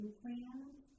plans